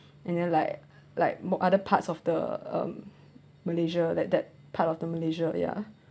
and then like like more other parts of the um malaysia that that part of the malaysia ya